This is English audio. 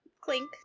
Clink